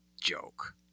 Joke